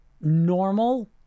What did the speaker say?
normal